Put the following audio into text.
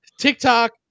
TikTok